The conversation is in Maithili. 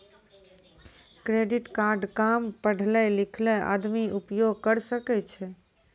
क्रेडिट कार्ड काम पढलो लिखलो आदमी उपयोग करे सकय छै?